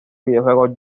videojuego